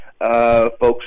Folks